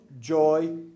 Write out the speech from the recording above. joy